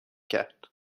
کرد